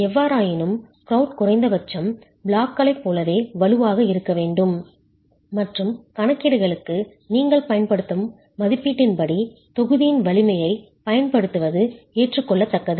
எவ்வாறாயினும் க்ரௌட் குறைந்தபட்சம் பிளாக்கைப் போலவே வலுவாக இருக்க வேண்டும் மற்றும் கணக்கீடுகளுக்கு நீங்கள் பயன்படுத்தும் மதிப்பின்படி தொகுதியின் வலிமையைப் பயன்படுத்துவது ஏற்றுக்கொள்ளத்தக்கது